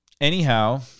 anyhow